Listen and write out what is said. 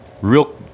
Real